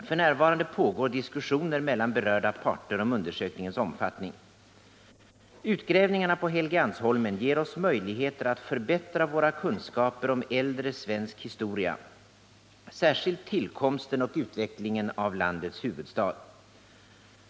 F.n. pågår diskussioner mellan berörda parter om undersökningens omfattning. Utgrävningarna på Helgeandsholmen ger oss möjligheter att förbättra våra kunskaper om äldre svensk historia, särskilt tillkomsten och utvecklingen av landets huvudstad.